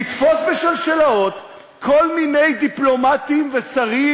לתפוס בשלשלאות כל מיני דיפלומטים ושרים